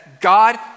God